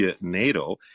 NATO